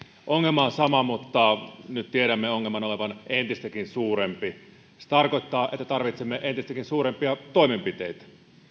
ongelma on sama mutta nyt tiedämme ongelman olevan entistäkin suurempi se tarkoittaa että tarvitsemme entistäkin suurempia toimenpiteitä